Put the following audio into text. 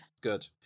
good